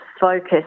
focus